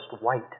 white